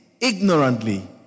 ignorantly